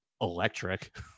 electric